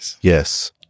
yes